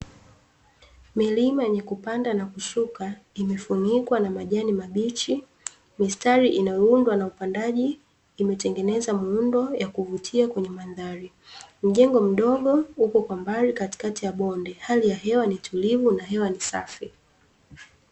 Milima yenye kupanda na kushuka imefunikwa na majani mabichi, mistari inayoundwa na upandaji imetengeneza miundo ya kuvutia kwenye mandhari. Mjengo mdogo uko kwa mbali katikati ya bonde, hali ya hewa ni tulivu na hewa ni safi.